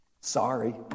sorry